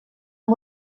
amb